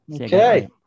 okay